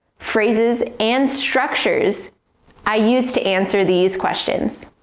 phrases and structures i used to answer these questions.